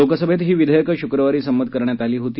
लोकसभेत ही विधेयकं शुक्रवारी संमत करण्यात आली होती